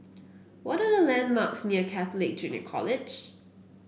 what are the landmarks near Catholic Junior College